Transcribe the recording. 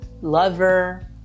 Lover